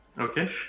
Okay